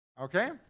Okay